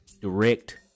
direct